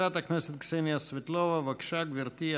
חברת הכנסת קסניה סבטלובה, בבקשה, גברתי.